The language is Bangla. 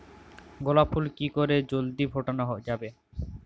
গোলাপ ফুল কি করে জলদি ফোটানো যাবে?